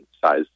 size